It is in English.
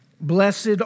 Blessed